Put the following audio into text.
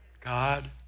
God